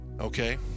Okay